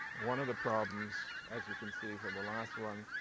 one of the problems, as you can see for the last one,